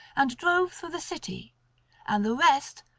and drove through the city and the rest,